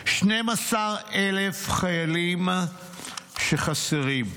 12,000 חיילים שחסרים.